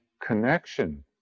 connection